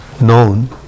known